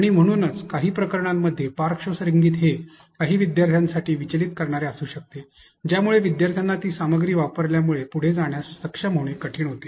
आणि म्हणूनच काही प्रकरणांमध्ये पार्श्वसंगीत हे काही विद्यार्थ्यांसाठी विचलित करणारे असू शकते ज्यामुळे विद्यार्थ्यांना ती सामग्री वापरल्यामुळे पुढे जाण्यात सक्षम होणे कठीण होते